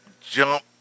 jump